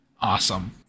Awesome